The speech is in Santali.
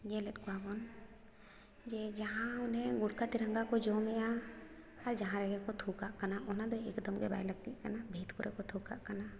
ᱧᱮᱞᱮᱫ ᱠᱚᱣᱟᱵᱚᱱ ᱡᱮ ᱡᱟᱦᱟᱸ ᱜᱚᱴᱠᱟ ᱛᱮᱨᱚᱝᱜᱟ ᱠᱚ ᱡᱚᱢᱮᱜᱼᱟ ᱟᱨ ᱡᱟᱦᱟᱸ ᱨᱮᱜᱮ ᱠᱚ ᱛᱷᱩᱠᱟᱜ ᱠᱟᱱᱟ ᱚᱱᱟᱫᱚ ᱮᱠᱫᱚᱢᱼᱜᱮ ᱵᱟᱭ ᱞᱟᱹᱠᱛᱤᱜ ᱠᱟᱱᱟ ᱵᱷᱤᱛ ᱠᱚᱨᱮ ᱠᱚ ᱛᱷᱩ ᱠᱟᱜ ᱠᱟᱱᱟ